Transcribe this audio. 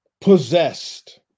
possessed